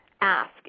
ask